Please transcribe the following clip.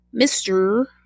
Mr